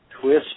twist